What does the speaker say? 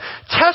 Test